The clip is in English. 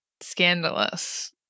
scandalous